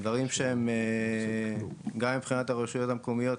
דברים שגם מבחינת הרשויות המקומיות